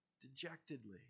dejectedly